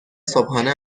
صبحانه